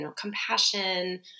compassion